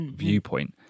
viewpoint